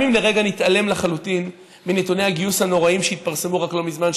גם אם לרגע נתעלם לחלוטין מנתוני הגיוס הנוראיים שהתפרסמו רק לא מזמן,